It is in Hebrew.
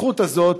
בזכות הזאת,